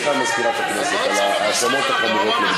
בקש סליחה ממזכירת הכנסת על ההאשמות החמורות נגדה.